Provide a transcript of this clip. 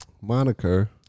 moniker